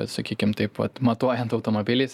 sakykim taip vat matuojant automobiliais